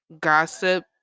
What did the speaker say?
gossip